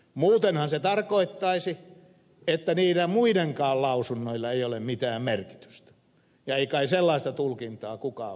muutenhan se tarkoittaisi että niillä muidenkaan lausunnoilla ei ole mitään merkitystä ja ei kai sellaista tulkintaa kukaan voi hyväksyä